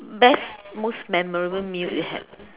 best most memorable meal we had